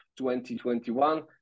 2021